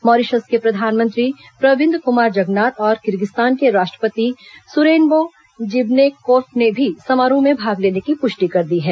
Mauritius के प्रधानमंत्री प्रविन्द कमार जगनॉथ और किर्गिज्स्तान के राष्ट्रपति सुरेनबो जिनबेकोर्फ ने भी समारोह में भाग लेने की पुष्टि कर दी है